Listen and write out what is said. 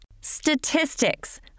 Statistics